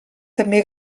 també